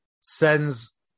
sends